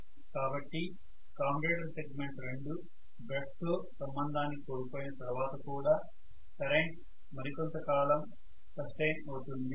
కాబట్టి commutator segment 2 బ్రష్తో సంబంధాన్ని కోల్పోయిన తర్వాత కూడా కరెంట్ మరికొంత కాలం సస్టైన్ అవుతుంది